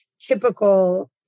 typical